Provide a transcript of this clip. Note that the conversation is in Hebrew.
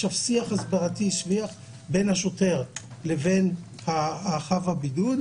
שיח הסברתי בין השוטר לבין חב הבידוד,